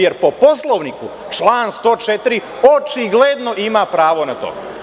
Jer, po Poslovniku, član 104. očigledno ima pravo na to.